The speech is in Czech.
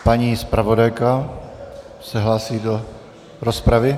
Paní zpravodajka se hlásí do rozpravy.